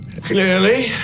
Clearly